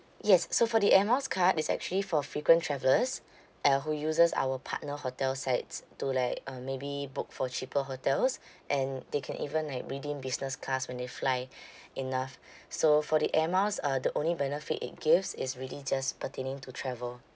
yes so for the air miles card is actually for frequent travellers uh who uses our partner hotel sites to like uh maybe book for cheaper hotels and they can even like redeem business class when they fly enough so for the air miles uh the only benefit it gives is really just pertaining to travel